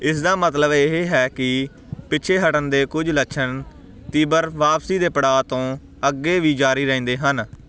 ਇਸਦਾ ਮਤਲਬ ਇਹ ਹੈ ਕਿ ਪਿੱਛੇ ਹਟਣ ਦੇ ਕੁੱਝ ਲੱਛਣ ਤੀਬਰ ਵਾਪਸੀ ਦੇ ਪੜਾਅ ਤੋਂ ਅੱਗੇ ਵੀ ਜਾਰੀ ਰਹਿੰਦੇ ਹਨ